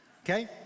Okay